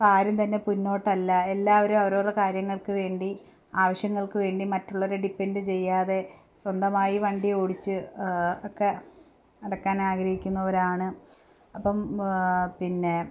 അപ്പം ആരും തന്നെ പിന്നോട്ടല്ല എല്ലാവരും അവരോരുടെ കാര്യങ്ങൾക്ക് വേണ്ടി ആവശ്യങ്ങൾക്ക് വേണ്ടി മറ്റുള്ളവരെ ഡിപെൻഡ് ചെയ്യാതെ സ്വന്തമായി വണ്ടി ഓടിച്ച് ഒക്കെ നടക്കാൻ ആഗ്രഹിക്കുന്നവരാണ് അപ്പം പിന്നെ